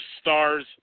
Stars